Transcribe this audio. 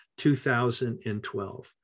2012